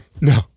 no